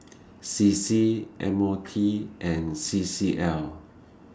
C C M O T and C C L